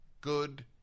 good